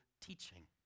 teaching